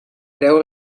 preu